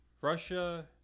Russia